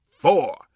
Four